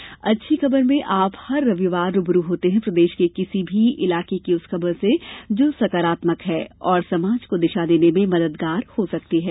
अच्छी खबर में आप हर रविवार रूबरू होते हैं प्रदेश के किसी भी इलाके की उस खबर से जो सकारात्मक है और समाज को दिशा देने में मददगार हो सकती है